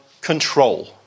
control